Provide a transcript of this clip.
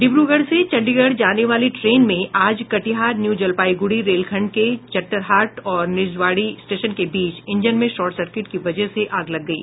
डिब्रूरगढ़ से चंडीगढ़ जाने वाली ट्रेन में आज कटिहार न्यूजलपाईगुड़ी रेलखंड के चट्टरहाट और निजवाड़ी स्टेशन के बीच इंजन में शार्ट सर्किट की वजह से आग लग गयी